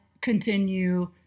continue